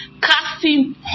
Casting